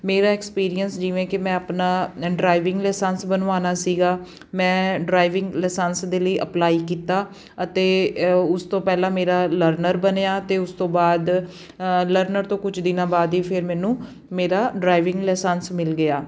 ਮੇਰਾ ਐਕਸਪੀਰੀਅੰਸ ਜਿਵੇਂ ਕਿ ਮੈਂ ਆਪਣਾ ਡਰਾਈਵਿੰਗ ਲਾਇਸੈਂਸ ਬਣਵਾਉਣਾ ਸੀਗਾ ਮੈਂ ਡਰਾਈਵਿੰਗ ਲਾਇਸੈਂਸ ਦੇ ਲਈ ਅਪਲਾਈ ਕੀਤਾ ਅਤੇ ਉਸ ਤੋਂ ਪਹਿਲਾਂ ਮੇਰਾ ਲਰਨਰ ਬਣਿਆ ਅਤੇ ਉਸ ਤੋਂ ਬਾਅਦ ਲਰਨਰ ਤੋਂ ਕੁਝ ਦਿਨਾਂ ਬਾਅਦ ਹੀ ਫਿਰ ਮੈਨੂੰ ਮੇਰਾ ਡਰਾਈਵਿੰਗ ਲਾਇਸੈਂਸ ਮਿਲ ਗਿਆ